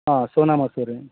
ಹಾಂ ಸೋನಾ ಮಸೂರಿ